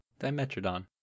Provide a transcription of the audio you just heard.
Dimetrodon